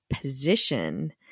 position